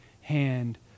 hand